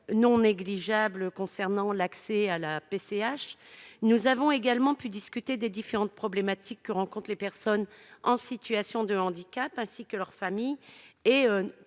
non négligeables concernant l'accès à la PCH. Nous avons également pu discuter des différentes problématiques que rencontrent les personnes en situation de handicap ainsi que leurs familles et